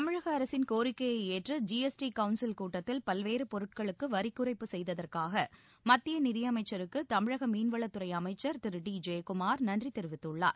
தமிழக அரசின் கோரிக்கையை ஏற்று ஜிஎஸ்டி கவுன்சில் கூட்டத்தில் பல்வேறு பொருட்களுக்கு வரிக்குறைப்பு செய்ததற்காக மத்திய நிதியமைச்சருக்கு தமிழக மீன்வளத்துறை அமைச்சர் திரு டி ஜெயக்குமார் நன்றி தெரிவித்துள்ளார்